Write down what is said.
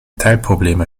teilprobleme